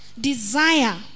desire